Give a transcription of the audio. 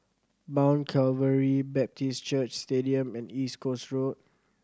Mount Calvary Baptist Church Stadium and East Coast Road